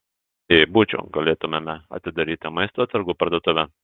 jei būčiau galėtumėme atidaryti maisto atsargų parduotuvę